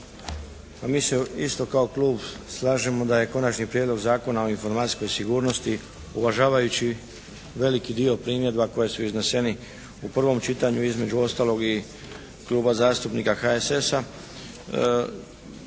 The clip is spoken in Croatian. Mi se isto kao Klub slažemo da je Konačni prijedlog zakona o informacijskoj sigurnosti uvažavajući veliki dio porimjedba koji su izneseni u prvom čitanju između ostalog i Kluba zastupnika HSS-a